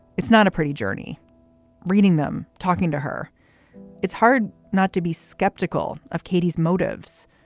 it's not a pretty journey reading them, talking to her it's hard not to be skeptical of katie's motives,